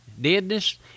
deadness